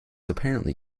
apparently